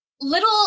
little